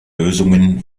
lösungen